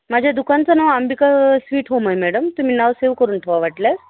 माझ्या दुकानचं नाव अंबिका स्वीट होम आहे मॅडम तुम्ही नाव सेव करून ठेवा वाटल्यास